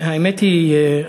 האמת היא,